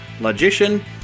logician